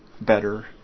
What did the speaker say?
better